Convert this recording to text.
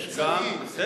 זה לא חינוך.